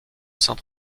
saint